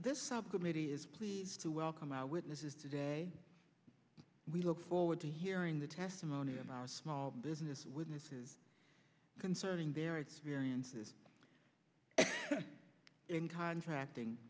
this subcommittee is pleased to welcome our witnesses today we look forward to hearing the testimony of our small business witnesses concerning their experiences in contracting